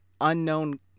unknown